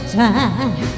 time